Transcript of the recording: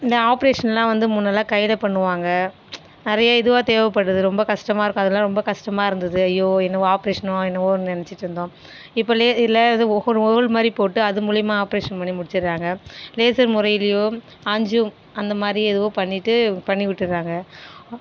இந்த ஆப்பரேஷனல்லா வந்து முன்னேல்லா கையில் பண்ணுவாங்க நிறைய இதுவா தேவைப்படுது ரொம்ப கஷ்டமாக இருக்குது அதுல்லா கஷ்டமாக இருந்தது அய்யோ என்னமோ ஆப்பரேஷன்னோ என்னவோ நினச்சிட்டு இருந்தோ இப்போலே இதுலே அது வ்ஹோ ஹோல் மாதிரி போட்டு அது மூலிமா ஆப்பரேஷன் பண்ணி முடிச்சிடுறாங்க லேசர் முறையிலியோ அஞ்யோ அந்தமாதிரி ஏதோ பண்ணிவிட்டு பண்ணிவிட்டுறாங்க